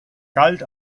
galt